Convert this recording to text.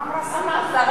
מה אמרה השרה?